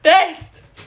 best